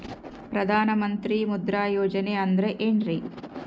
ಪ್ರಧಾನ ಮಂತ್ರಿ ಮುದ್ರಾ ಯೋಜನೆ ಅಂದ್ರೆ ಏನ್ರಿ?